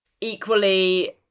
Equally